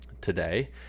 today